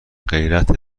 غیرت